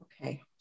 Okay